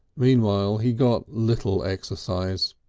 meanwhile he got little exercise,